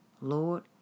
Lord